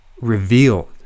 revealed